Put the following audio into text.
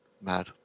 mad